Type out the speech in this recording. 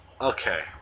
Okay